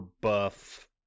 buff